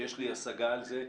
שיש לי השגה על זה?